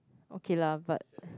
okay lah but